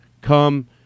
Come